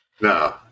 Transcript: No